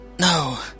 No